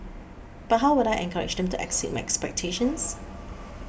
but how would I encourage them to exceed my expectations